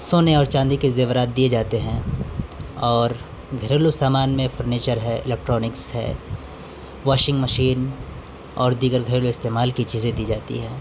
سونے اور چاندی کے زیورات دیے جاتے ہیں اور گھریلو سامان میں فرنیچر ہے الیکٹرانکس ہے واشنگ مشین اور دیگر گھریلو استعمال کی چیزیں دی جاتی ہے